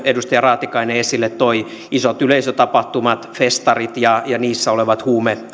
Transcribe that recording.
edustaja raatikainen esille toi isot yleisötapahtumat festarit ja ja niissä olevat